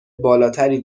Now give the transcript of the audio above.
بالاتری